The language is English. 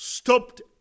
Stopped